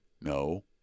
No